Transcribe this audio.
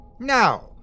Now